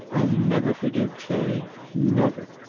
i'll never forgive clay. never.